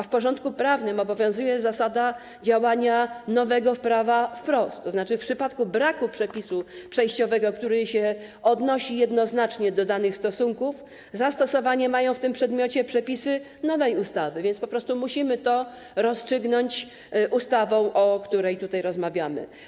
W porządku prawnym obowiązuje zasada działania nowego prawa wprost, tzn. w przypadku braku przepisu przejściowego, który odnosi się jednoznacznie do danych stosunków, zastosowanie w tym przedmiocie mają przepisy nowej ustawy, więc po prostu musimy to rozstrzygnąć ustawą, o której tutaj rozmawiamy.